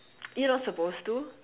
you're not supposed to